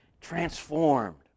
transformed